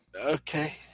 okay